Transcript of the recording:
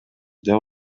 деп